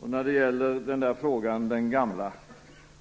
Sedan gällde det den gamla frågan